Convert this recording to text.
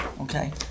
Okay